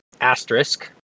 Asterisk